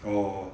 orh